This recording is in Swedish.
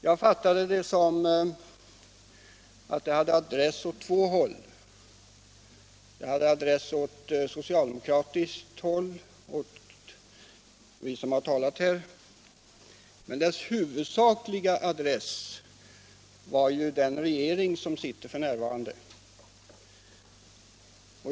Jag fattade det så att det hade adress åt två håll. Det hade adress åt socialdemokratiskt håll — åt oss som har talat här. Men dess huvudsakliga adress var ju den regering som sitter f. n.